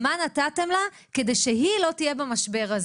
מה נתתם לה כדי שהיא לא תהיה במשבר הזה?